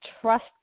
trust